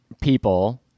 people